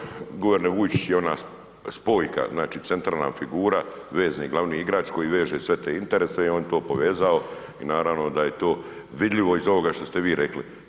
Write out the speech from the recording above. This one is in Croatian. Pa tu očito guverner Vujčić i ona spojka, znači centralna figura, vezni, glavni igrač koji veže sve te interese i on je to povezao i naravno da je to vidljivo iz ovoga što ste vi rekli.